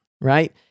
Right